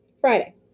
Friday